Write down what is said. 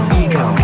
ego